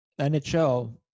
NHL